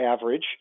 average